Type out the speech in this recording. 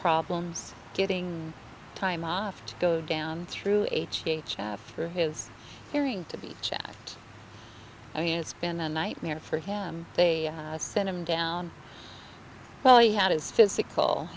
problems getting time off to go down through h g h for his hearing to be checked i mean it's been a nightmare for him they sent him down well he had his physical